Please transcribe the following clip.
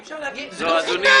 אי אפשר לעשות סחיטה.